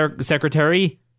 secretary